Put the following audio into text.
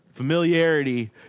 Familiarity